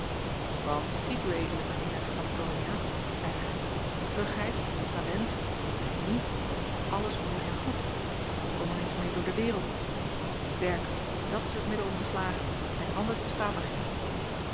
want ziet ued mijn heer van donia zeide hij vlugheid talent genie alles mooi en goed maar kom er eens meê door de wereld werken dat is het middel om te slagen en anders bestaat er geen